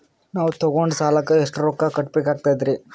ನಾವು ತೊಗೊಂಡ ಸಾಲಕ್ಕ ಎಷ್ಟು ರೊಕ್ಕ ಕಟ್ಟಬೇಕಾಗ್ತದ್ರೀ?